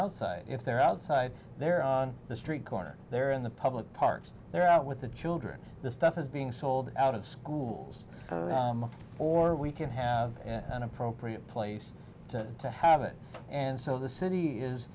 outside if they're outside they're on the street corner they're in the public parks they're out with the children the stuff is being sold out of schools or we can have an appropriate place to have it and so the city is